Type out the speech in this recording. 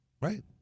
Right